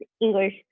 english